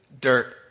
Dirt